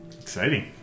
Exciting